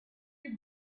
your